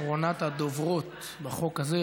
אחרונת הדוברות בחוק הזה,